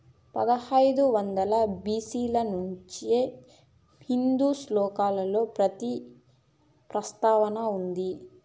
పదహైదు వందల బి.సి ల నుంచే హిందూ శ్లోకాలలో పత్తి ప్రస్తావన ఉంది